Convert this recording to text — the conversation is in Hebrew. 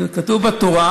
כתוב בתורה: